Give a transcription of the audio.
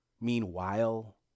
meanwhile